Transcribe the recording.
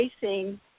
facing